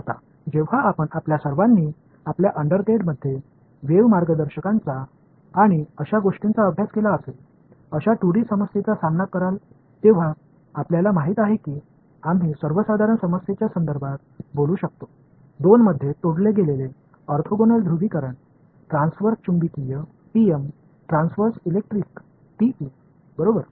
आता जेव्हा आपण आपल्या सर्वांनी आपल्या अंडरग्रेडमध्ये वेव्ह मार्गदर्शकांचा आणि अशा गोष्टींचा अभ्यास केला असेल अशा 2 डी समस्येचा सामना कराल तेव्हा आपल्याला माहित आहे की आम्ही सर्वसाधारण समस्येच्या संदर्भात बोलू शकतो दोन मध्ये तोडले गेलेले ओर्थोगोनल ध्रुवीकरण ट्रान्सव्हर्स चुंबकीय टीएम ट्रान्सव्हर्स इलेक्ट्रिक टीई बरोबर